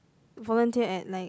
volunteer at like